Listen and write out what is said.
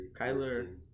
Kyler